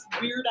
weird